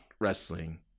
wrestling